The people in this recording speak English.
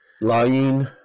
Lying